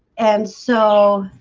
and so